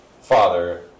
Father